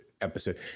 episode